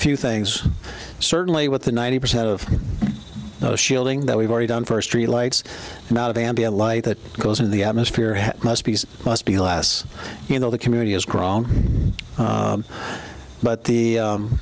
few things certainly with the ninety percent of those shielding that we've already done first street lights come out and be a light that goes in the atmosphere must be must be the last you know the community has grown but the